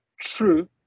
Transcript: true